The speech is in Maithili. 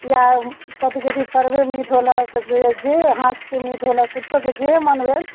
या कथि कहैत छै पड़बे मीट होलक चाहे जे अहाँ सभकेँ मीट होलक किछुके जेहे मन भेल